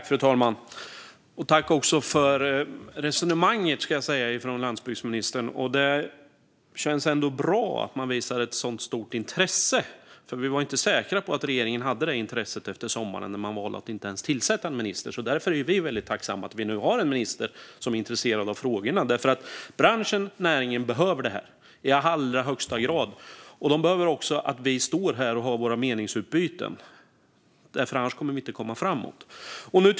Fru talman! Tack för resonemanget från landsbygdsministern! Det känns ändå bra att man visar ett så stort intresse, för vi var inte säkra på att regeringen hade det intresset efter sommaren när man valde att inte ens tillsätta en minister. Därför är vi väldigt tacksamma att vi nu har en minister som är intresserad av frågorna. Branschen och näringen behöver det här i allra högsta grad. De behöver också höra att vi står här och har våra meningsutbyten, för annars kommer vi inte att komma framåt.